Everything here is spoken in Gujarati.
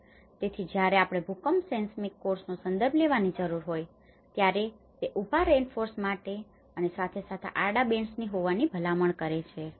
તેથી જ્યારે આપણે ભૂકંપના સેસ્મિક કોર્સનો સંદર્ભ લેવાની જરૂર હોય ત્યારે તે ઉભા રેઈન્ફોર્સમેન્ટ અને સાથે સાથે આડા બેન્ડ્સ હોવાની ભલામણ કરે છે